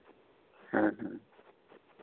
ᱦᱮᱸ ᱦᱮᱸ